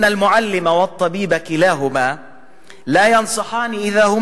אִנַּ אל-מֻעַלִם וַאל-טַבִּיבַּ כִּלַאהֻמַא לַא יַנְצַחַאן אִדַ'א